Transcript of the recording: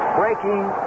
breaking